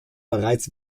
bereits